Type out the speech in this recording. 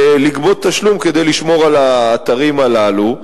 לגבות תשלום כדי לשמור על האתרים הללו,